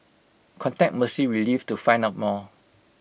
contact mercy relief to find out more